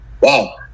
Wow